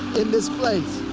in this place.